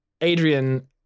Adrian